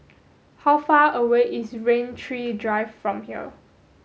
how far away is Rain Tree Drive from here